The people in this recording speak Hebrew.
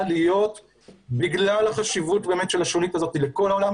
להיות בגלל החשיבות של השונית הזאת לכל העולם,